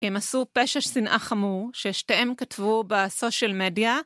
הם עשו פשע שנאה חמור ששתיהם כתבו בסושיאל-מדיה.